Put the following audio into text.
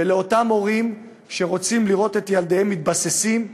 ולאותם הורים שרוצים לראות את ילדיהם מתבססים,